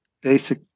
basic